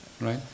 right